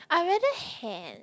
I rather have